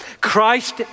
Christ